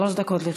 שלוש דקות לרשותך.